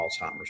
Alzheimer's